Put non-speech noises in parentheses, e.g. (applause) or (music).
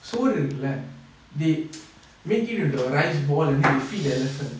so the right they (noise) make it into a rice ball and they feed the elephant